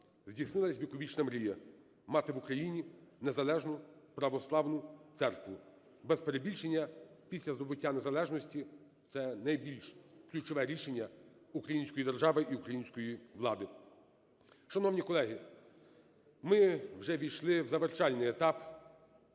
здійснилася віковічна мрія – мати в Україні незалежну православну церкву. Без перебільшення, після здобуття незалежності це найбільш ключове рішення української держави і української влади. Шановні колеги, ми вже ввійшли в завершальний етап